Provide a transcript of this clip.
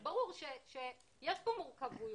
אז ברור שיש פה מורכבות,